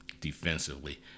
defensively